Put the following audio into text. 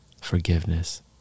forgiveness